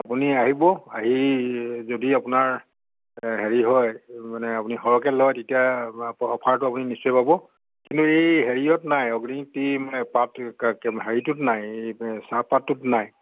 আপুনি আহিব আহি যদি আপোনাৰ হেৰি হয় মানে আপুনি সৰহকৈ লয় তেতিয়া অ'ফাৰটো আপুনি নিশ্চয় পাব কিন্তু এই হেৰিয়ত নাই অগ্নি টি মানে পাত কা কে হেৰিটোত নাই চাহপাতটোত নাই